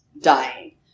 dying